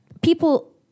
people